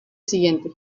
siguiente